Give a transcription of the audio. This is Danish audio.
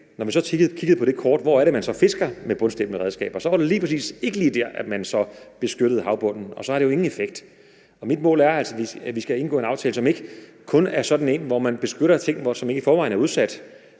når vi så kiggede på det kort og på, hvor det så er, man fisker med bundslæbende redskaber, var det lige præcis ikke lige der, man så beskyttede havbunden, og så har det jo ingen effekt. Mit mål er altså, at vi skal indgå en aftale, som ikke kun er sådan en, hvor man beskytter ting, som ikke i forvejen er udsat,